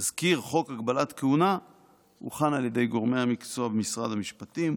תזכיר חוק הגבלת כהונה הוכן על ידי גורמי המקצוע במשרד המשפטים,